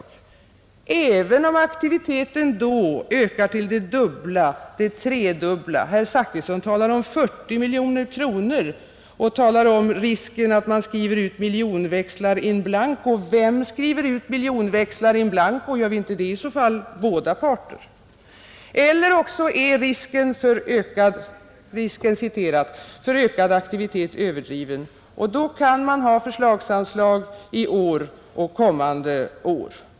Gör man det även om aktiviteten då ökar till det dubbla eller tredubbla? Herr Zachrisson nämner 40 miljoner kronor och talar om risken med att skriva ut miljonväxlar in blanco. Gör inte i så fall båda parter det? Det kan också hända att ”risken” för ökad aktivitet är överdriven, och då kan man ha förslagsanslag i år och kommande år.